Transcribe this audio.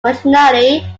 originally